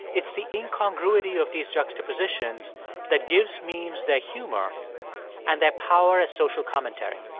it's the incongruity of these juxtapositions that gives memes their humor and their power as social commentary.